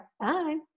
bye